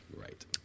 Right